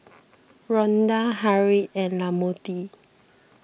Rhonda Harriet and Lamonte